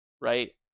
right